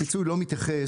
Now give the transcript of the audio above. הפיצוי לא מתייחס